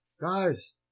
Guys